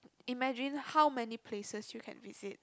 imagine how many places you can visit